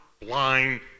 blind